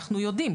אנחנו יודעים.